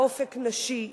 "אופק נשי",